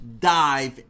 dive